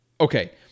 Okay